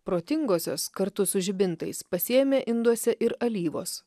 protingosios kartu su žibintais pasiėmė induose ir alyvos